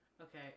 Okay